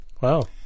Wow